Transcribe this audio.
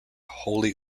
holy